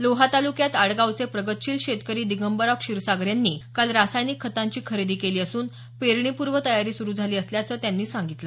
लोहा तालुक्यात आडगावचे प्रगतशील शेतकरी दिगंबरराव क्षीरसागर यांनी काल रासायनिक खतांची खरेदी केली असून पेरणी पुर्व तयारी सुरू झाली असल्याचं त्यांनी सांगितलं